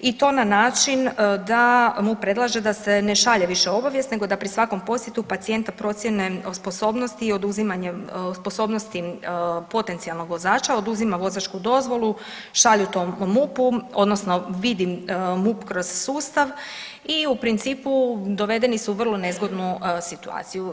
i to na način da mu predlaže da se ne šalje više obavijest nego da pri svakom posjetu pacijenta procijene o sposobnosti i oduzimanje sposobnosti potencijalnog vozača, oduzima vozačku dozvolu, šalju to MUP-u odnosno vidim MUP kroz sustav i u principu dovedeni su u vrlo nezgodnu situaciju.